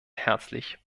herzlich